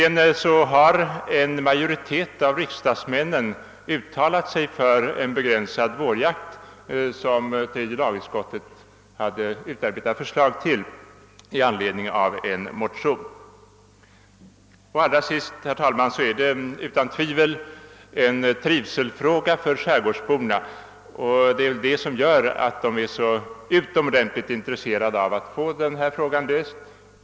En majoritet av riskdagsmän har även uttalat sig för en begränsad vårjakt, sedan tredje lagutskottet utarbetat förslag härom i anledning av en motion. Slutligen, herr talman, är detta utan tvivel en trivselfråga för skärgårdsborna. Det är därför de är så utomordentligt intresserade av att få denna fråga löst.